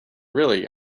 really